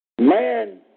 Man